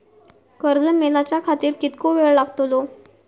कर्ज मेलाच्या खातिर कीतको वेळ लागतलो?